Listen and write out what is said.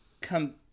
come